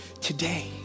today